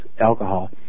alcohol